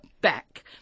back